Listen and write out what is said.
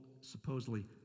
supposedly